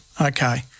Okay